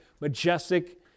majestic